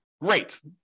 great